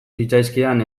zitzaizkidan